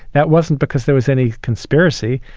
that wasn't because there was any conspiracy.